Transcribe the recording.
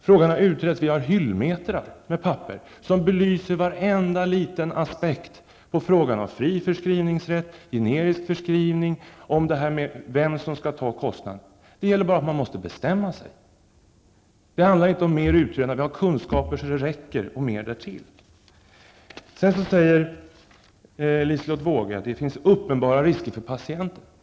Frågan har redan utretts -- vi har hyllmeter med papper som belyser varenda liten aspekt på frågan om fri förskrivningsrätt, generisk förskrivning, vem som skall ta kostnaden, osv. Det gäller bara att bestämma sig. Det handlar inte om mer utredande -- vi har kunskaper så det räcker och mer därtill. Liselotte Wågö sade vidare att det finns uppenbara risker för patienten.